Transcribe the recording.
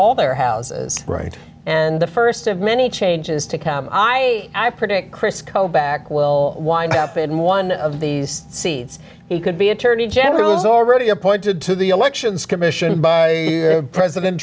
all their houses right and the first of many changes to i i predict chris co back will wind up in one of these seeds he could be attorney general is already appointed to the elections commission by president